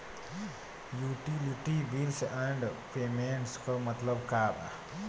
Utility bills and payments क मतलब का बा?